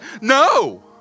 No